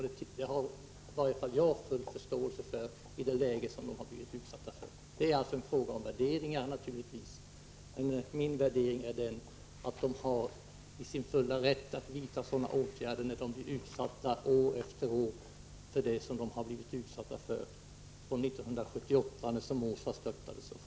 Detta har i varje fall jag full förståelse för, mot bakgrund av vad man blivit utsatt för. Det är naturligtvis en fråga om värderingar, men min värdering är att Nicaragua har sin fulla rätt att vidta sådana åtgärder när man år efter år blir utsatt för det som man blivit utsatt för från år 1978, när Somoza störtades och fram till i dag.